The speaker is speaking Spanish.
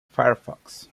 firefox